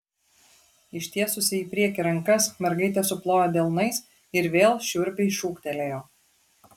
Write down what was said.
ištiesusi į priekį rankas mergaitė suplojo delnais ir vėl šiurpiai šūktelėjo